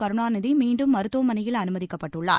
கருணாநிதி மீண்டும் மருத்துவமனையில் அனுமதிக்கப்பட்டுள்ளார்